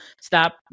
Stop